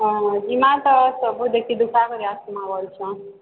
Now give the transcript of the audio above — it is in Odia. ହଁ ଯିବାଁ ତ ସବୁ ଦେଖିଁ ଦୁଖାଁ କରି ଆସ୍ବାଁ ବୋଲୁଛନ୍